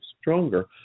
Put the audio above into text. stronger